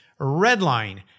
Redline